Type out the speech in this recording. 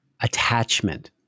attachment